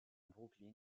brooklyn